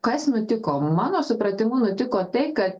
kas nutiko mano supratimu nutiko tai kad